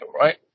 right